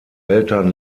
eltern